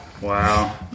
Wow